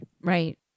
right